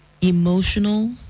emotional